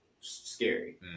scary